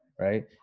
right